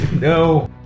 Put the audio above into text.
No